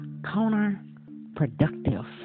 counterproductive